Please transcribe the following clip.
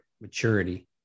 maturity